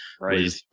right